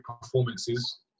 performances